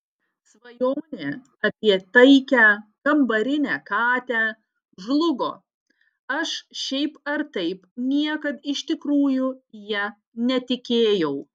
svajonė apie taikią kambarinę katę žlugo aš šiaip ar taip niekad iš tikrųjų ja netikėjau